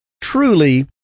Truly